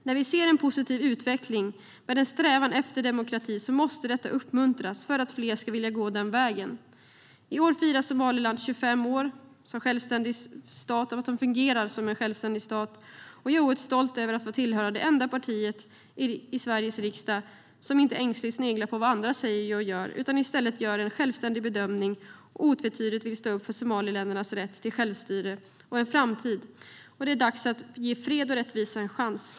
När vi ser en positiv utveckling med en strävan efter demokrati måste detta uppmuntras så att fler ska vilja gå den vägen. I år firar Somaliland 25 år med att fungera som en självständig stat, och jag är oerhört stolt över att få höra till det enda partiet i Sveriges riksdag som inte ängsligt sneglar på vad andra säger och gör utan i stället gör en självständig bedömning och otvetydigt vill stå upp för Somalilands befolknings rätt till självstyre och framtid. Det är dags att ge fred och rättvisa en chans.